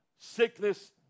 sickness